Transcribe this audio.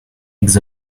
eggs